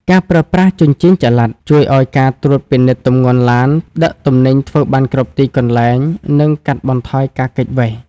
ការប្រើប្រាស់ "ជញ្ជីងចល័ត" ជួយឱ្យការត្រួតពិនិត្យទម្ងន់ឡានដឹកទំនិញធ្វើបានគ្រប់ទីកន្លែង និងកាត់បន្ថយការគេចវេស។